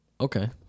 Okay